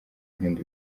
nkunda